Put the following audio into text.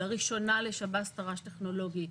לראשונה לשב"ס תר"ש טכנולוגי,